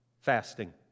Fasting